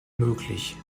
möglich